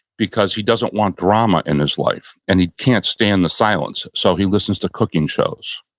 because he doesn't want drama in his life and he can't stand the silence so he listens to cooking shows.